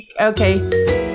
okay